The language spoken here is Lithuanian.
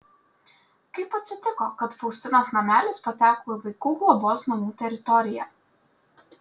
kaip atsitiko kad faustinos namelis pateko į vaikų globos namų teritoriją